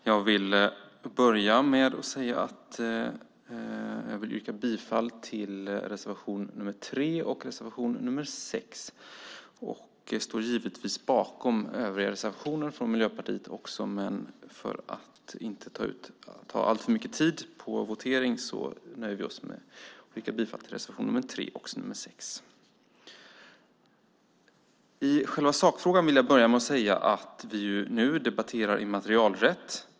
Herr talman! Jag vill yrka bifall till reservation nr 3 och reservation nr 6. Jag står givetvis bakom övriga reservationer från Miljöpartiet, men för att inte ta alltför mycket tid vid voteringen nöjer vi oss med att yrka bifall till reservationerna nr 3 och nr 6. I själva sakfrågan vill jag börja med att säga att vi nu debatterar immaterialrätt.